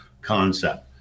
concept